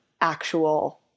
actual